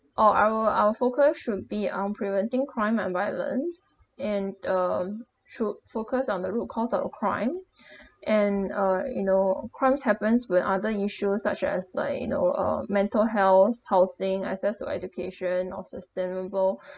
all our our focus should be on preventing crime and violence and um should focus on the root cause to the crime and uh you know crimes happens when other issues such as like you know uh mental health housing access to education or sustainable